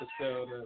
episode